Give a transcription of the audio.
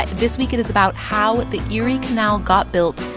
ah this week it is about how the erie canal got built,